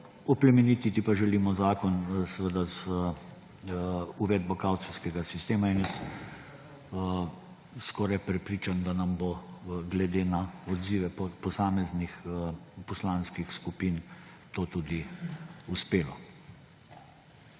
Oplemenititi pa želimo zakon z uvedbo kavcijskega sistema. Skoraj sem prepričan, da nam bo glede na odzive posameznih poslanskih skupin to tudi uspelo.